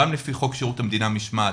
גם לפי חוק שירות המדינה (משמעת),